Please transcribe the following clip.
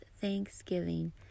thanksgiving